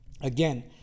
Again